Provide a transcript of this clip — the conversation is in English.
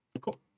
Cool